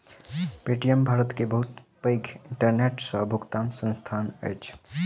Paytm Bharat के बहुत पैघ इंटरनेट सॅ भुगतनाक संस्थान अछि